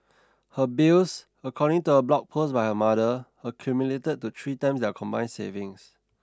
her bills according to a blog post by her mother accumulated to three times their combined savings